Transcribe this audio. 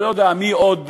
לא יודע מי עוד,